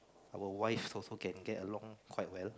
our wives also can get along quite well